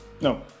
No